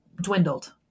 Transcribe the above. dwindled